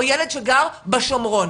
או ילד שגר בשומרון?